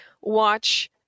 watch